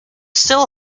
still